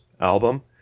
album